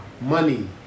money